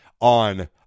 on